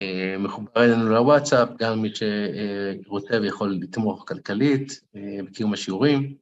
מחובר אלינו לוואטסאפ, גם מי שרוצה ויכול לתמוך כלכלית, מכיר מהשיעורים.